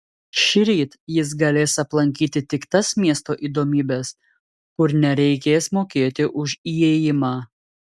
šįryt jis galės aplankyti tik tas miesto įdomybes kur nereikės mokėti už įėjimą